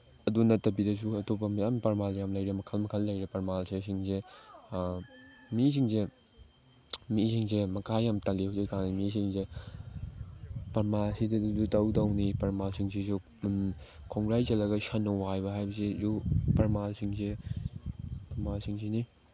ꯑꯗꯨ ꯅꯠꯇꯕꯤꯗꯁꯨ ꯑꯇꯣꯞꯄ ꯃꯌꯥꯝ ꯂꯩꯔꯦ ꯃꯈꯜ ꯃꯈꯜ ꯂꯩꯔꯦ ꯄ꯭ꯔꯃꯥꯟꯁꯦ ꯁꯤꯡꯁꯦ ꯃꯤꯁꯤꯡꯁꯦ ꯃꯤꯁꯤꯡꯁꯦ ꯃꯈꯥ ꯌꯥꯝ ꯇꯜꯂꯤ ꯍꯧꯖꯤꯛꯀꯥꯟ ꯃꯤꯁꯤꯡꯁꯦ ꯄ꯭ꯔꯃꯥꯟ ꯑꯁꯤꯗꯁꯨ ꯇꯧꯅꯤ ꯄ꯭ꯔꯃꯥꯟꯁꯤꯡꯁꯤꯁꯨ ꯈꯣꯡꯒ꯭ꯔꯥꯏ ꯆꯜꯂꯒ ꯁꯟꯅ ꯋꯥꯏꯕ ꯍꯥꯏꯕꯁꯤ ꯄ꯭ꯔꯃꯥꯟꯁꯤꯡꯁꯦ ꯄ꯭ꯔꯃꯥꯟꯁꯤꯡꯁꯤꯅꯤ